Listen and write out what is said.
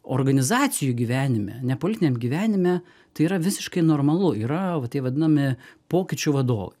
organizacijoj gyvenime ne politiniam gyvenime tai yra visiškai normalu yra va taip vadinami pokyčių vadovai